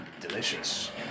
delicious